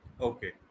Okay